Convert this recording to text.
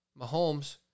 Mahomes